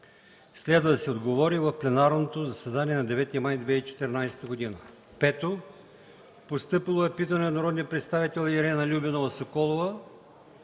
Следва да се отговори в пленарното заседание на 9 май 2014 г. 5. Постъпило е питане от народния представител Ирена Любенова Соколова